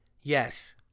Yes